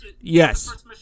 Yes